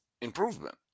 improvement